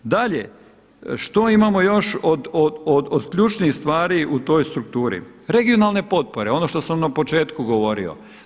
Dalje, što imamo još od ključnih stvari u toj strukturi, regionalne potpore, ono što sam na početku govorio.